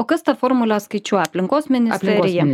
o kas tą formulę skaičiuoja aplinkos ministerija